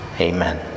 Amen